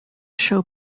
show